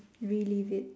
relive it